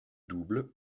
double